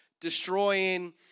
destroying